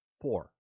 Four